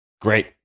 Great